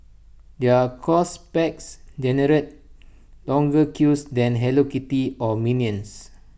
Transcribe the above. their course packs generate longer queues than hello kitty or minions